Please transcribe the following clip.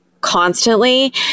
constantly